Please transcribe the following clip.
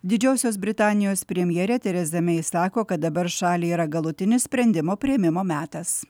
didžiosios britanijos premjerė tereza mei sako kad dabar šaliai yra galutinis sprendimo priėmimo metas